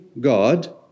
God